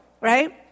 right